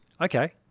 Okay